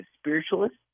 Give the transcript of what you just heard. spiritualist